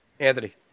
Anthony